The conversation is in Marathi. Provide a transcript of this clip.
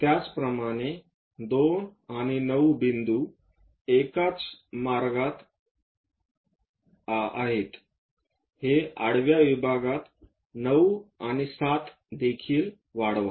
त्याचप्रमाणे 2 आणि 9 बिंदू एकाच मार्गावर आहेत हे आडव्या विभागात 9 आणि 7 देखील वाढवा